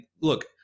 look